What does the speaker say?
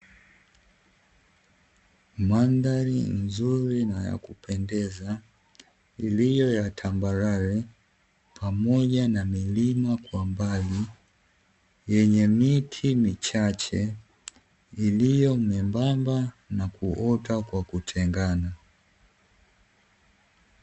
Mandhari nzuri na ya kupendeza, iliyo ya tambarare pamoja na milima kwa mbali, yenye miti michache iliyo myembamba, na kuota kwa kutengana.